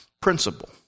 Principle